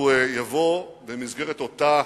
הוא יבוא במסגרת אותה